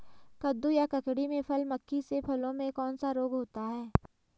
कद्दू या ककड़ी में फल मक्खी से फलों में कौन सा रोग होता है?